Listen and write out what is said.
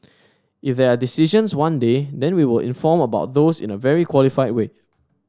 if there are decisions one day then we will inform about those in a very qualified way